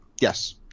Yes